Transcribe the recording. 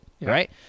right